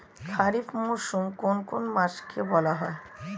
খারিফ মরশুম কোন কোন মাসকে বলা হয়?